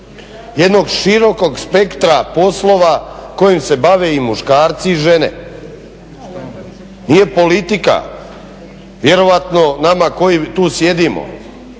jednog širokog spektra poslova kojim se bave i muškarci i žene. Nije politika vjerojatno nama koji tu sjedimo